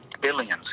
billions